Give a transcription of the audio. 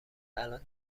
الان